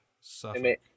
Suffolk